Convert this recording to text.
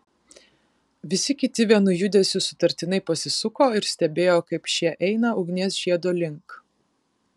visi kiti vienu judesiu sutartinai pasisuko ir stebėjo kaip šie eina ugnies žiedo link